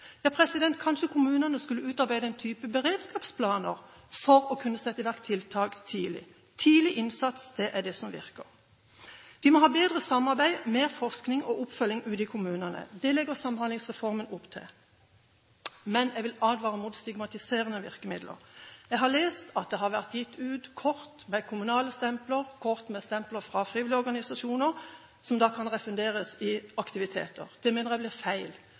Kanskje kommunene skulle utarbeide beredskapsplaner for å kunne sette i verk tiltak tidlig. Tidlig innsats er det som virker. Vi må ha bedre samarbeid, mer forskning og oppfølging ute i kommunene. Det legger Samhandlingsreformen opp til. Men jeg vil advare mot stigmatiserende virkemidler. Jeg har lest at det har vært gitt ut kort med kommunale stempler og kort med stempler fra frivillige organisasjoner som kan refunderes i aktiviteter. Det mener jeg blir feil.